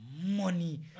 money